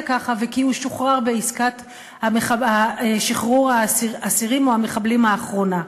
ככה וכי הוא שוחרר בעסקת שחרור האסירים או המחבלים האחרונה.